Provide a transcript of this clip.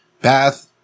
bath